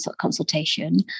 consultation